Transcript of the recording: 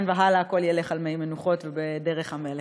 והלאה הכול ילך על מי מנוחות ובדרך המלך.